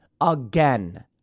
again